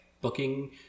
booking